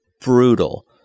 brutal